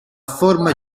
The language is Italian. forma